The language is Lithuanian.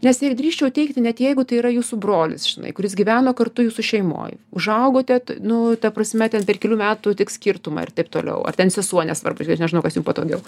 nes nedrįsčiau teigti net jeigu tai yra jūsų brolis žinai kuris gyveno kartu jūsų šeimoj užaugote nu ta prasme ten per kelių metų tik skirtumą ir taip toliau ar ten sesuo nesvarbu aš nežinau kas jam patogiau